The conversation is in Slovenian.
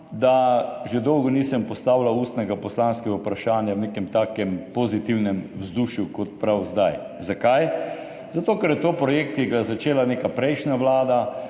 da že dolgo nisem postavljal ustnega poslanskega vprašanja v nekem takem pozitivnem vzdušju kot prav zdaj. Zakaj? Zato, ker je to projekt, ki ga je začela neka prejšnja vlada